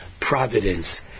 providence